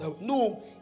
No